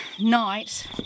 Night